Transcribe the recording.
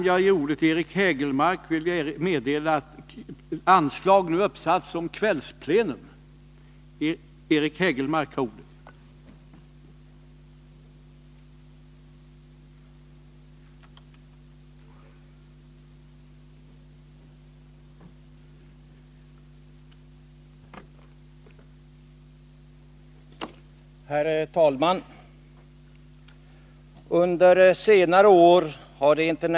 Jag får anmäla att anslag om kvällsplenum nu har satts upp.